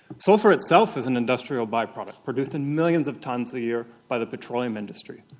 sulphur itself is an industrial by-product produced in millions of tonnes a year by the petroleum industry.